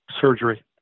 surgery